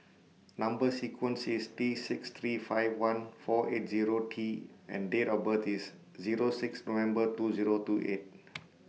Number sequence IS T six three five one four eight Zero T and Date of birth IS Zero six November two Zero two eight